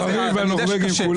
-- הנבחרים והנורבגים כולם.